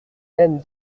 edme